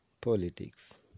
Politics